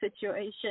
situation